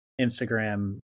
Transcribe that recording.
Instagram